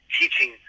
teaching